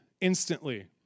instantly